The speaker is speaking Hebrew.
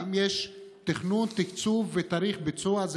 האם יש תכנון, תקצוב ותאריך ביצוע?